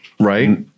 right